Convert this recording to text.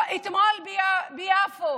אתמול ביפו